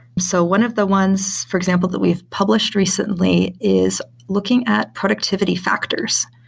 so one of the ones, for example, that we've published recently is looking at productivity factors.